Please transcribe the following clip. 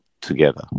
together